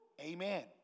Amen